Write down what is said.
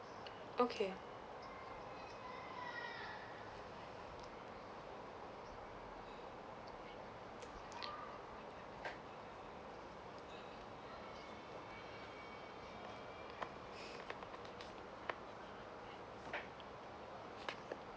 okay